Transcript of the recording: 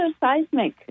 seismic